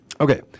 Okay